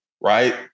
Right